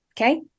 okay